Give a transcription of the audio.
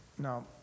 Now